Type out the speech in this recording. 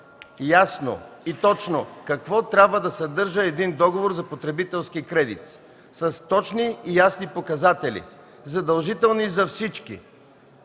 ясно и точно какво трябва да съдържа един договор за потребителски кредит – с точни и ясни показатели, задължителни за всички